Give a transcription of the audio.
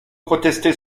protester